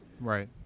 Right